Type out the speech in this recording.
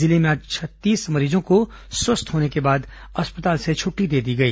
जिले में आज छत्तीस मरीजों को स्वस्थ होने के बाद अस्पताल से छुट्टी दे दी गई